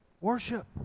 Worship